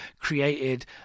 created